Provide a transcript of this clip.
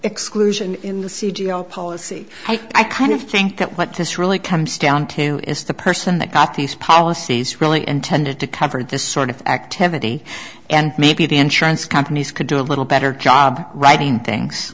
exclusion policy i kind of think that what this really comes down to is the person that got these policies really intended to cover this sort of activity and maybe the insurance companies could do a little better job writing things